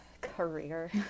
career